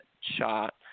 shot